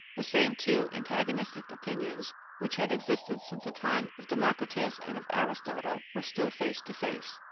the same two antagonistic opinions which had existed since the time of democritus and of aristotle were still face to face.